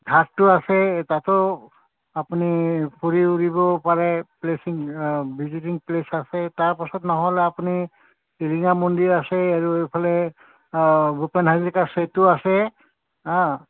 ঘাটতো আছে তাতো আপুনি ফুৰি উৰিব পাৰে প্লেচিং ভিজিটিং প্লেছ আছে তাৰপাছত নহ'লে আপুনি টিলিঙা মন্দিৰ আছে আৰু এইফালে ভূপেন হাজৰিকাৰ সেঁতু আছে